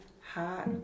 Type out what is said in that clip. hot